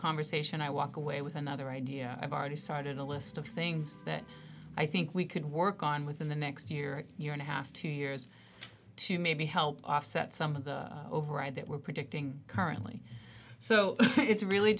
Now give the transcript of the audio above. conversation i walk away with another idea i've already started a list of things that i think we could work on within the next year year and a half two years to maybe help offset some of the override that we're predicting currently so it's really